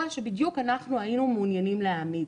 שבדיוק אנחנו היינו מעוניינים להעמיד.